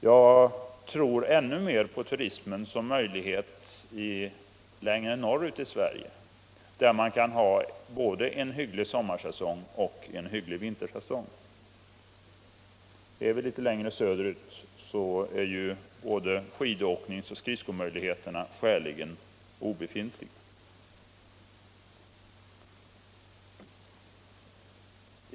Jag tror ännu mer på turismen längre norrut i Sverige, där man kan få både en hygglig sommarsäsong och en hygglig vintersäsong. Litet längre söderut är ju möjligheterna att åka skidor och skridsko skäligen obefintliga.